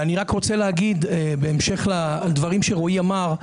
בהמשך לדברים שרועי אמר,